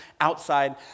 outside